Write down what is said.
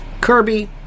Kirby